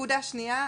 נקודה שנייה,